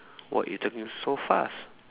what you talking so fast